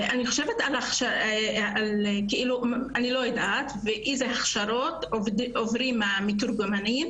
אני חושבת על אילו הכשרות עוברים המתורגמנים,